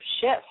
shift